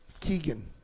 Keegan